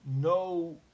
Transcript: no